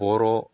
बर'